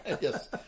Yes